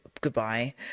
goodbye